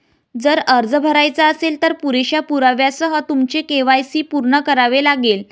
जर अर्ज भरायचा असेल, तर पुरेशा पुराव्यासह तुमचे के.वाय.सी पूर्ण करावे लागेल